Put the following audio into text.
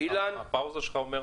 אילן בבקשה.